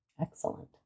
excellent